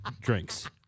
drinks